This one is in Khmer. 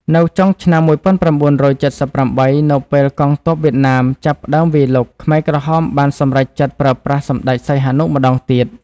នៅចុងឆ្នាំ១៩៧៨ នៅពេលកងទ័ពវៀតណាមចាប់ផ្ដើមវាយលុក ខ្មែរក្រហមបានសម្រេចចិត្តប្រើប្រាស់សម្តេចសីហនុម្ដងទៀត។